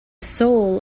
soul